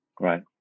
Right